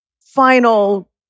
final